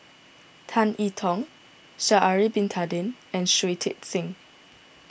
Tan I Tong Sha'ari Bin Tadin and Shui Tit Sing